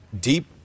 deep